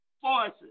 forces